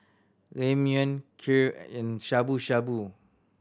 Ramyeon Kheer and Shabu Shabu